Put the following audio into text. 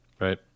Right